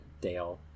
Dale